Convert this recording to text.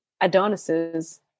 adonis's